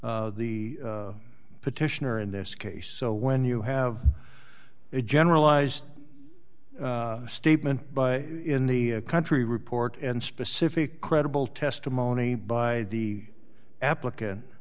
the petitioner in this case so when you have a generalized statement by in the country report and specific credible testimony by the applicant